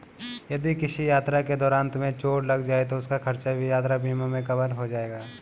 यदि किसी यात्रा के दौरान तुम्हें चोट लग जाए तो उसका खर्च भी यात्रा बीमा में कवर हो जाएगा